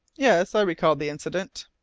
yes, i recall the incident.